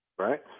right